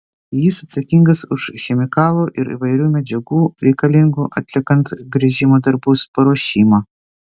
jis atsakingas už chemikalų ir įvairių medžiagų reikalingų atliekant gręžimo darbus paruošimą